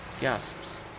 gasps